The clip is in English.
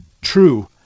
true